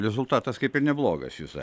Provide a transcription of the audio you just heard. rezultatas kaip ir neblogas jūs